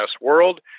World